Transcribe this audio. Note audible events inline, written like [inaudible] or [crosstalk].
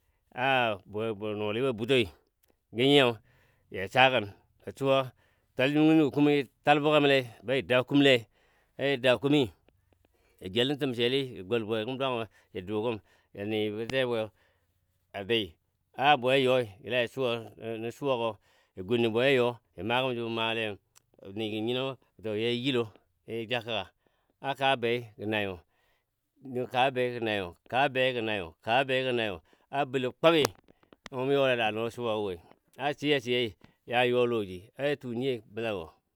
A bə bwe nɔɔligɔ ya butoi gənyiyo ya sagən ya suwa [unintelligible] tal buge mə lei baja daa kumɔ lei a ja daa kumi ya jel nə təmseli ja gɔl bwegəm dwangɔ ja duugəm ja nɨ gə te bwe yoi a dɨɨ a bwe you yila ja Suwa nɔ suwagɔ a gunnən bwe a yoi a yaja magəm ju maaleyo ja nigən nyinongɔ gɔ yaji yilɔ ya jə ja kəka, aka bei gə nanyo, ka bei gə nanyo, ka bei gə nanyo, a bəllo kubi nəngɔ mɔ you le a daagɔ nə suwagɔ woi a shiya shiyai ya jə you a lɔji a tu nyiyoi jə bəlawo.